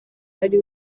ari